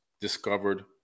discovered